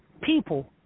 people